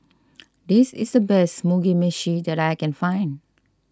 this is the best Mugi Meshi that I can find